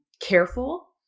careful